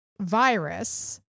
virus